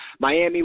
Miami